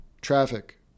traffic